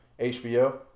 HBO